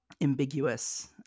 ambiguous